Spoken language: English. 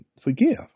forgive